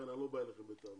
לכן אני לא בא אליכם בטענות,